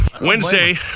Wednesday